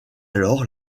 alors